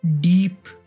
Deep